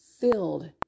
filled